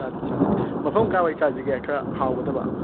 ꯆꯥꯗꯦ ꯆꯥꯗꯦ ꯃꯐꯝ ꯀꯔꯥꯏꯋꯥꯏ ꯆꯥꯁꯤꯒꯦ ꯈꯔ ꯍꯥꯎꯒꯗꯕ